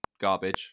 garbage